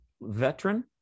veteran